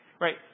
right